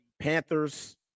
Panthers